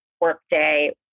workday